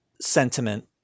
sentiment